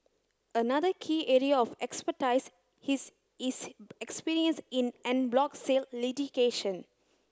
another key area of expertise his is experience in en bloc sale litigation